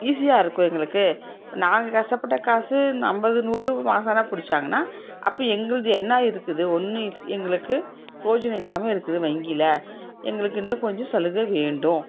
ஈஸியாக இருக்கும் எங்களுக்கு நாங்கள் கஷ்டப்பட்ட காசு ஐம்பது நூறு வாங்கினா பிடிச்சாங்கன்னா அப்போ எங்கள்து என்ன இருக்குது ஒன்றும் இல் எங்களுக்கு ப்ரோஜனம் இல்லாமல் இருக்குது வங்கியில் எங்களுக்கு இன்னும் கொஞ்சம் சலுகை வேண்டும்